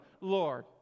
Lord